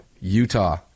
Utah